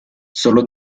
sólo